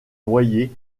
noyers